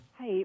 Hi